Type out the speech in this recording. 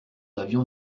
avion